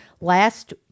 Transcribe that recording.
last